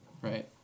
Right